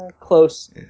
close